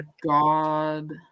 god